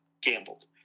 gambled